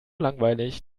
langweilig